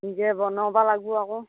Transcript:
নিজে বনাবা লাগিব আকৌ